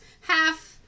half